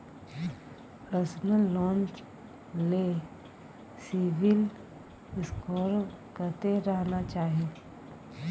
Personal loan ले CIBIL score कत्ते रहना चाही?